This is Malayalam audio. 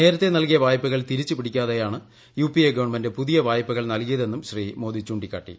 നേരത്തെ നല്കിയ വായ്പകൾ തിരിച്ചുപിടിക്കാതെയാണ് യുപിഎ ഗവൺമെന്റ് പുതിയ വായ്പകൾ നൽകിയതെന്നും ശ്രീ മോദി ചൂണ്ടിക്കാട്ടി